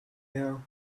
her